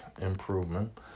improvement